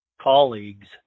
colleagues